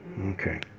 Okay